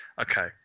Okay